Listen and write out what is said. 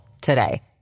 today